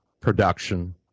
production